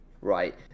right